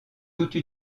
toute